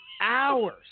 hours